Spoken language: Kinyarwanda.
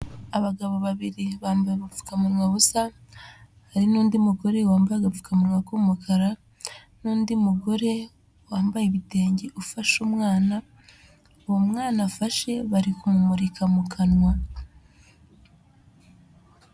Abagabo babiri bambaye ubupfukamunwa busa hari n'undi mugore wambaye agapfukamunwa k'umukara, n'undi mugore wambaye ibitenge ufashe umwana uwo mwana afashe bari kumumurika mu kanwa.